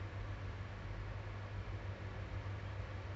um like I neglect my health a lot